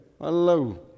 Hello